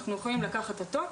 אנחנו יכולים לקחת אותו,